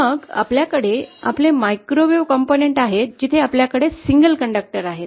मग आपल्याकडे आपले मायक्रोवेव्ह घटक आहेत जिथे आपल्याकडे सिंगल कंडक्टर आहेत